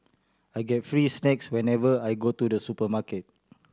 I get free snacks whenever I go to the supermarket